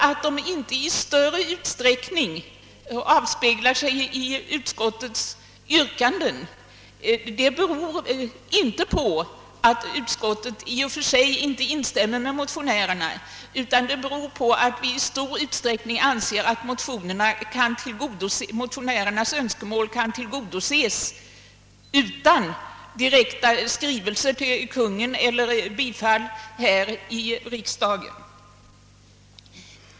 Att de inte i större utsträckning avspeglar sig i utskottets yrkanden beror inte på att utskottet i och för sig inte instämmer med motionärerna utan på att vi anser att motionärernas önskemål i stor utsträckning kan tillgodoses utan direkta skrivelser till Kungl. Maj:t eller bifall av tTiksdagen.